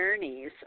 journeys